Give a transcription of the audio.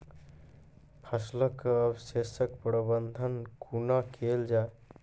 फसलक अवशेषक प्रबंधन कूना केल जाये?